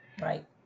Right